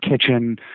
kitchen